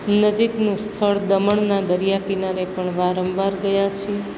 નજીકનું સ્થળ દમણના દરિયાકિનારે પણ વારંવાર ગયા છીએ